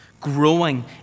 growing